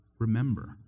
Remember